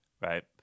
right